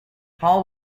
hall